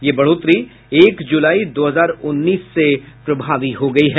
यह बढ़ोतरी एक जुलाई दो हजार उन्नीस से प्रभावी हो गई है